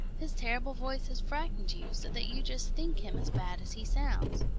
his terrible voice has frightened you so that you just think him as bad as he sounds.